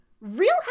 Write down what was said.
real